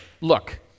look